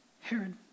Herod